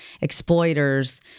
Exploiters